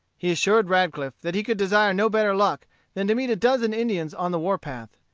he assured radcliff that he could desire no better luck than to meet a dozen indians on the war-path.